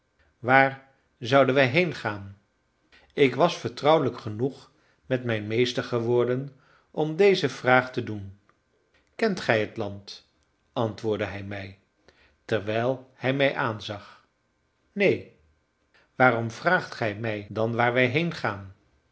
waar zouden wij heengaan ik was vertrouwelijk genoeg met mijn meester geworden om deze vraag te doen kent gij het land antwoordde hij mij terwijl hij mij aanzag neen waarom vraagt gij mij dan waar wij